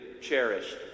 cherished